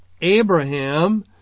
Abraham